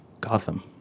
Gotham